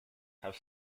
have